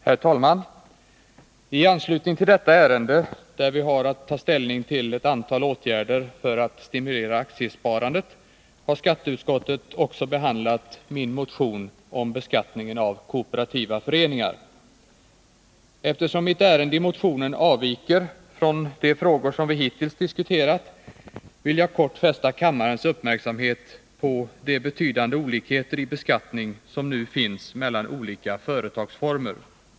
Herr talman! I anslutning till behandlingen av detta ärende, där vi har att ta ställning till ett antal åtgärder för att stimulera aktiesparandet, har skatteutskottet också behandlat min motion om beskattningen av kooperativa föreningar. Eftersom innehållet i motionen avviker från de frågor vi hittills diskuterat, vill jag kort fästa kammarens uppmärksamhet på de betydande olikheter i beskattning som nu finns mellan olika företagsformer.